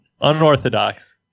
Unorthodox